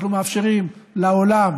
אנחנו מאפשרים לעולם